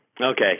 Okay